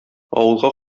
авылга